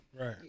Right